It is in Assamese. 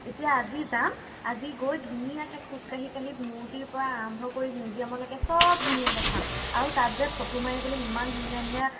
এতিয়া আজি যাম আজি গৈ ধুনীয়াকৈ খোজকাঢ়ি কাঢ়ি মূৰ্তিৰ পৰা আৰম্ভ কৰি মিউজিয়ামলৈকে সব ধুনীয়াকৈ চাম আৰু তাত যে ফটো মাৰিবলৈ ইমান ধুনীয়া ধুনীয়া